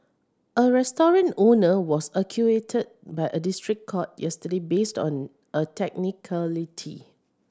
a restaurant owner was acquitted by a district court yesterday based on a technicality